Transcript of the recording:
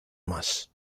más